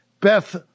Beth